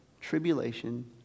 tribulation